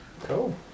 Cool